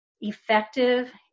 effective